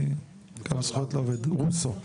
מיטל רוסו,